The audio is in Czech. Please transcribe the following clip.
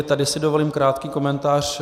Tady si dovolím krátký komentář.